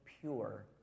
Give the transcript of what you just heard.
pure